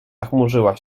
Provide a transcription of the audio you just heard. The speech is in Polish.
zachmurzyła